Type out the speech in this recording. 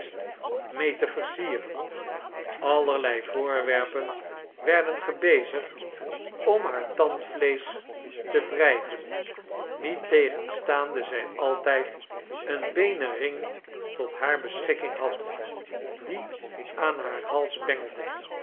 mee te versieren allarlei voorwerpen werden gebeaigd om haar tandvleesch te wrijven niettegenstaande zij altijd een beenen ring tot haar beschikking had die aan haar hals bengelde